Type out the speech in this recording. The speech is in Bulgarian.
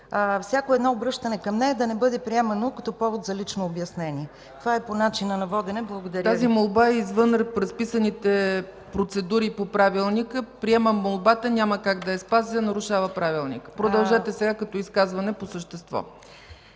всяко едно обръщане към нея да не бъде приемано като повод за лично обяснение. Това е по начина на водене. Благодаря Ви. ПРЕДСЕДАТЕЛ ЦЕЦКА ЦАЧЕВА: Тази молба е извън разписаните процедури по правилника. Приемам молбата, и няма как да я спазя – нарушава правилника. Продължете сега като изказване по същество.